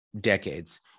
decades